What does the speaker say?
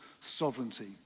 sovereignty